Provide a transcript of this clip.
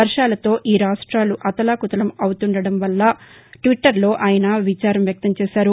వర్షాలతో ఈ రాష్టాలు అతలాకుతలం అవుతుండడం పట్ల ట్విట్టర్లో ఆయన విచారం వ్యక్తం చేశారు